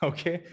Okay